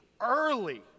early